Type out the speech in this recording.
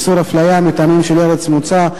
איסור אפליה מטעמים של ארץ מוצא,